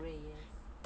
grey